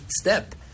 step